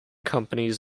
companies